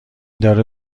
داره